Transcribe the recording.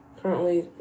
Currently